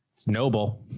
noble,